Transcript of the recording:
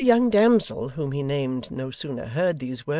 the young damsel whom he named no sooner heard these words,